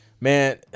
Man